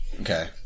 Okay